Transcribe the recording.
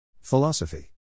Philosophy